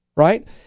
Right